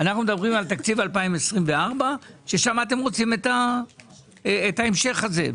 אנחנו מדברים על תקציב 2024 ששם אתם רוצים את ההמשך הזה?